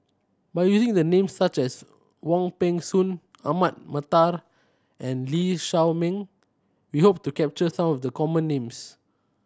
by using the names such as Wong Peng Soon Ahmad Mattar and Lee Shao Meng we hope to capture some of the common names